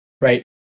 right